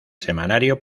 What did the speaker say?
semanario